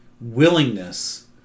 willingness